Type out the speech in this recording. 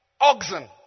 oxen